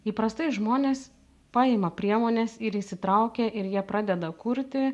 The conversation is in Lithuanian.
įprastai žmonės paima priemones ir įsitraukia ir jie pradeda kurti